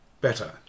better